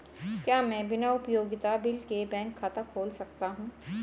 क्या मैं बिना उपयोगिता बिल के बैंक खाता खोल सकता हूँ?